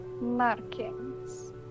markings